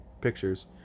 pictures